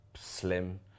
slim